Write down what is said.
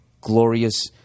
glorious